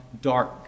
dark